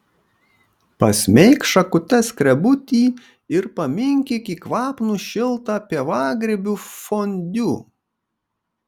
pasmeik šakute skrebutį ir paminkyk į kvapnų šiltą pievagrybių fondiu